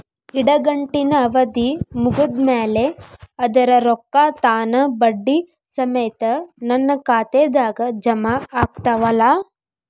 ಇಡಗಂಟಿನ್ ಅವಧಿ ಮುಗದ್ ಮ್ಯಾಲೆ ಅದರ ರೊಕ್ಕಾ ತಾನ ಬಡ್ಡಿ ಸಮೇತ ನನ್ನ ಖಾತೆದಾಗ್ ಜಮಾ ಆಗ್ತಾವ್ ಅಲಾ?